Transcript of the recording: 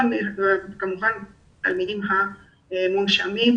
וכמובן תלמידים המונשמים,